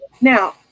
now